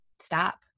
stop